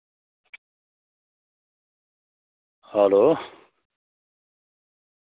hello